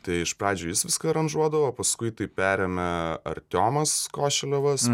tai iš pradžių jis viską aranžuodavo paskui tai perėmė artiomas košioliovas